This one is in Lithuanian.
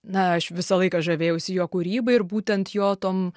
na aš visą laiką žavėjausi jo kūryba ir būtent jo tom